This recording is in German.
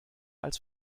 als